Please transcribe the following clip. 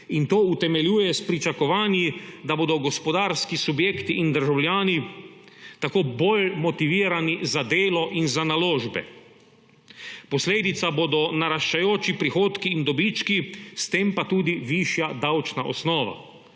in to utemeljuje s pričakovanji, da bodo gospodarski subjekti in državljani tako bolj motivirani za delo in za naložbe. Posledica bodo naraščajoči prihodki in dobički, s tem pa tudi višja davčna osnova.